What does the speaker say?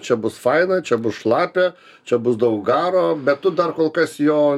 čia bus faina čia bus šlapia čia bus daug garo bet tu dar kol kas jo